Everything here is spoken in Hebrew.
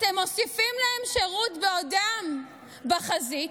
אתם מוסיפים להם שירות בעודם בחזית,